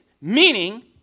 meaning